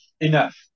Enough